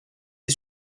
est